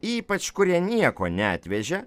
ypač kurie nieko neatvežė